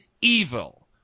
evil